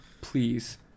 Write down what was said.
Please